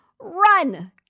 run